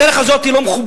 הדרך הזאת היא לא מכובדת,